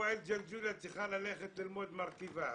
הפועל ג'לג'וליה צריכה ללכת ללמוד מרכב"ה.